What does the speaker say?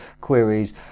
queries